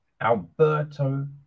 Alberto